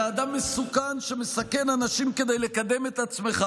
אתה אדם מסוכן שמסכן אנשים כדי לקדם את עצמך.